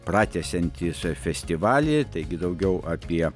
pratęsiantys festivalį taigi daugiau apie